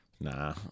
nah